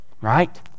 Right